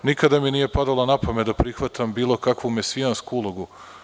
Nikada mi nije padalo na pamet da prihvatam bilo kakvu mesijansku ulogu.